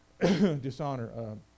Dishonor